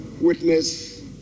witness